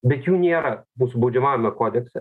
bet jų nėra mūsų baudžiamajame kodekse